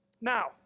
Now